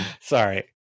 sorry